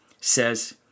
says